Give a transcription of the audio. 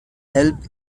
help